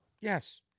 Yes